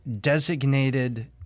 designated